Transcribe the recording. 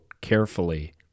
carefully